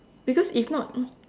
because if not